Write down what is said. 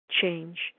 change